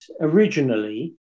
originally